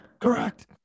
Correct